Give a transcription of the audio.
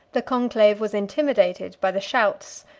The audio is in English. the conclave was intimidated by the shouts,